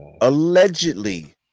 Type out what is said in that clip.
allegedly